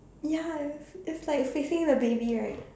ya it's it's like facing the baby right